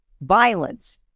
Violence